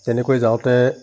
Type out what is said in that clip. তেনেকৈ যাওঁতে